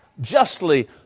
justly